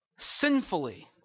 Sinfully